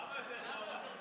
למה יותר טוב?